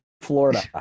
Florida